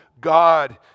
God